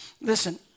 listen